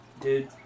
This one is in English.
Dude